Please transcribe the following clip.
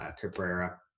Cabrera